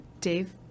Dave